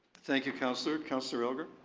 thank you, councillor. councillor elgar.